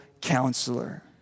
counselor